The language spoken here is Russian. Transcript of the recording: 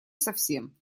совсем